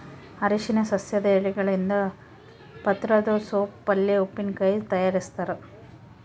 ಅರಿಶಿನ ಸಸ್ಯದ ಎಲೆಗಳಿಂದ ಪತ್ರೊಡೆ ಸೋಪ್ ಪಲ್ಯೆ ಉಪ್ಪಿನಕಾಯಿ ತಯಾರಿಸ್ತಾರ